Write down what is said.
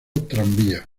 tranvía